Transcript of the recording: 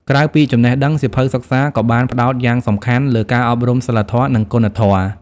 ក្រៅពីចំណេះដឹង សៀវភៅសិក្សាក៏បានផ្ដោតយ៉ាងសំខាន់លើការអប់រំសីលធម៌ និងគុណធម៌។